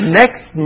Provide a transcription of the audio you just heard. next